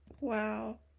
Wow